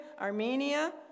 Armenia